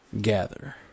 gather